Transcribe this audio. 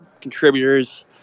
contributors